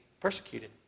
persecuted